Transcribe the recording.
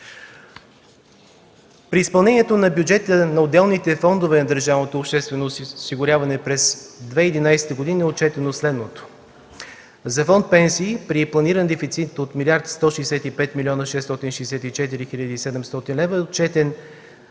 При изпълнението на бюджета на отделните фондове на държавното обществено осигуряване през 2011 г. е отчетено следното: За Фонд „Пенсии” при планиран дефицит от 1 млрд. 165 млн. 664 хил. и 700 лева е отчетен